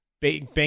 bank